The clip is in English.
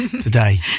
today